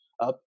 up